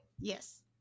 Yes